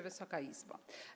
Wysoka Izbo!